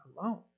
alone